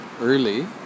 early